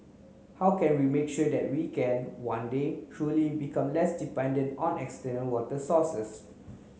how can we make sure that we can one day truly become less dependent on external water sources